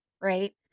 right